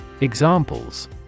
Examples